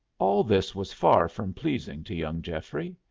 all this was far from pleasing to young geoffrey.